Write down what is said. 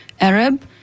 Arab